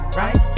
right